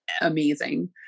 amazing